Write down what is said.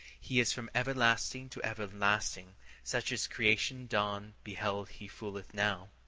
he is from everlasting to everlasting such as creation's dawn beheld he fooleth now.